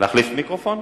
להחליף מיקרופון?